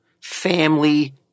family